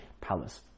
palace